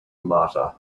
martyr